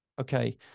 okay